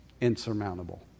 insurmountable